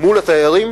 מול התיירים,